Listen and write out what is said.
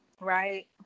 Right